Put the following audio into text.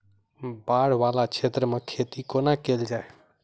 बाढ़ वला क्षेत्र मे खेती कोना कैल जाय?